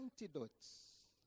Antidotes